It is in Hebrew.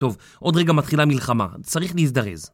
טוב, עוד רגע מתחילה מלחמה, צריך להזדרז